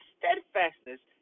steadfastness